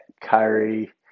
Kyrie